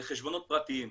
לחשבונות פרטיים,